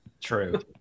True